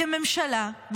כממשלה,